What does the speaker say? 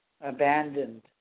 Abandoned